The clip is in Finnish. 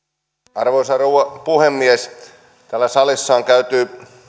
arvoisa rouva puhemies täällä salissa on käyty